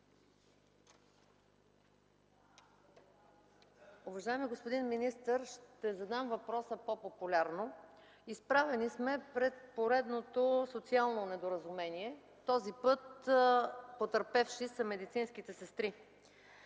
Уважаеми господин министър, ще задам въпроса по-популярно. Изправени сме пред поредното социално недоразумение – този път потърпевши са медицинските сестри.